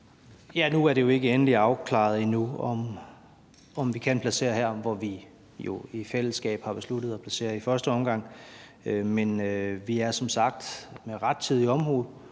Nu er det jo ikke endeligt afklaret endnu, om vi kan placere den der, hvor vi i fællesskab i første omgang har besluttet at placere den, men vi er som sagt med rettidig omhu gået